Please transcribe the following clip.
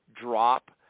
drop